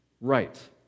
Right